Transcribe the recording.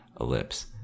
ellipse